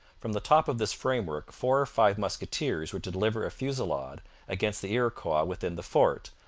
from the top of this framework four or five musketeers were to deliver a fusillade against the iroquois within the fort,